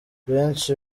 benshi